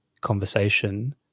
conversation